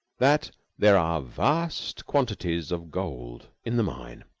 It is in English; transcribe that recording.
that there are vast quantities of gold in the mine.